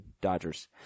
Dodgers